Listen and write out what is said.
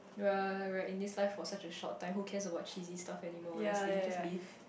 you're you're in this time for such a short time who cares about cheesy stuff any more honesty just leave